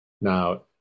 Now